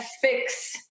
fix